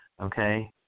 Okay